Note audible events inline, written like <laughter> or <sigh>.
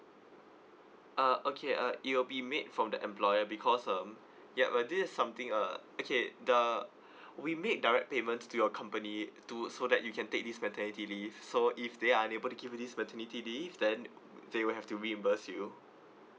uh okay uh it will be made from the employer because um yup uh this is something uh okay the <breath> we make direct payment to your company to so that you can take this mentality leave so if they are unable to give you this maternity leave then they will have to reimburse you